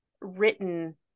written